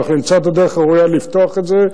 ואנחנו נמצא את הדרך הראויה לפתוח את זה,